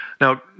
Now